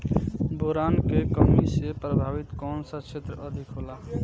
Boron के कमी से प्रभावित कौन सा क्षेत्र अधिक होला?